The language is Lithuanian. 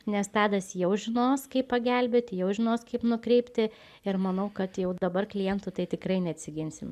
nes tadas jau žinos kaip pagelbėt jau žinos kaip nukreipti ir manau kad jau dabar klientų tai tikrai neatsiginsim